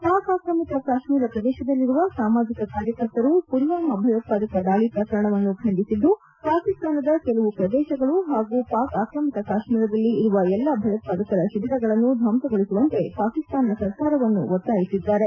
ಪಾಕ್ ಆಕ್ರಮಿತ ಕಾಶ್ಮೀರ ಪ್ರದೇಶದಲ್ಲಿರುವ ಸಾಮಾಜಿಕ ಕಾರ್ಯಕರ್ತರು ಮಲ್ವಾಮಾ ಭಯೋತ್ಪಾದಕ ದಾಳಿ ಪ್ರಕರಣವನ್ನು ಖಂಡಿಸಿದ್ದು ಪಾಕಿಸ್ತಾನದ ಕೆಲವು ಪ್ರದೇಶಗಳು ಪಾಗೂ ಪಾಕ್ ಆಕ್ರಮಿತ ಕಾಶ್ಮೀರದಲ್ಲಿ ಇರುವ ಎಲ್ಲ ಭಯೋತ್ಪಾದಕರ ಶಿಬಿರಗಳನ್ನು ದ್ವಂಸಗೊಳಿಸುವಂತೆ ಪಾಕಿಸ್ತಾನ ಸರ್ಕಾರವನ್ನು ಒತ್ತಾಯಿಸಿದ್ದಾರೆ